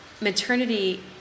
Maternity